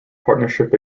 partnership